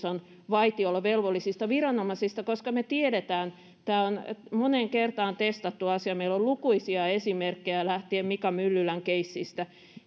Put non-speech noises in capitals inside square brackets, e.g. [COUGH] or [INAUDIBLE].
[UNINTELLIGIBLE] on vaitiolovelvollisista viranomaisista koska me tiedämme tämä on moneen kertaan testattu asia meillä on lukuisia esimerkkejä lähtien mika myllylän keissistä